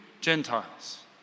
Gentiles